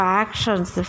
actions